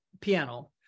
piano